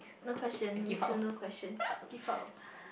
not question me too no question give up